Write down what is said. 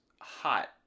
hot